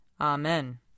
Amen